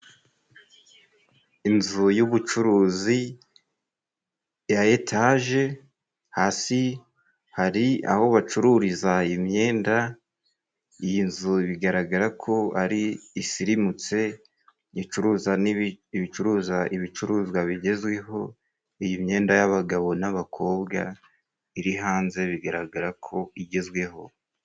Inzu y'ubucuruzi ya etaje hasi hari aho bacururiza imyenda, iyi nzu bigaragara ko ari isirimutse, icuruza ibicuruzwa bigezweho, iyi myenda y'abagabo n'abakobwa iri hanze bigaragara ko igezweho.